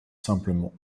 simplement